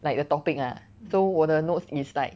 like the topic ah so 我的 notes is like